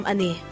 Ani